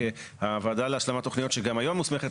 שהוועדה להשלמת תוכניות שגם היום מוסמכת